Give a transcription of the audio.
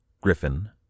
Griffin